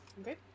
Okay